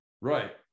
Right